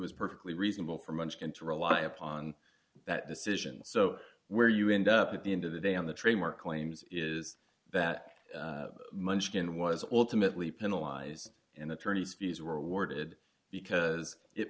was perfectly reasonable for munchkin to rely upon that decision so where you end up at the end of the day on the train were claims is that munchkin was ultimately penalize and attorney's fees were awarded because it